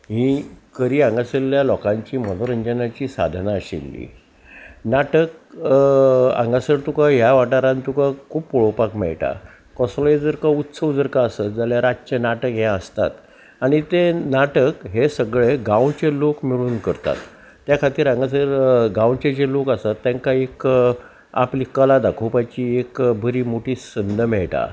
ही करी हांगासरल्ल्या लोकांची मनोरंजनाची साधना आशिल्ली नाटक हांगासर तुका ह्या वाठारान तुका खूब पळोवपाक मेळटा कसलोय जर उत्सव जर क आसत जाल्यार रातचें नाटक हे आसतात आनी तें नाटक हे सगळे गांवचे लोक मेळून करतात त्या खातीर हांगासर गांवचे जे लोक आसात तांकां एक आपली कला दाखोवपाची एक बरी मोठी संद मेळटा